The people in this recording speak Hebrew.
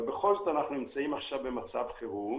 אבל בכל זאת אנחנו נמצאים עכשיו במצב חירום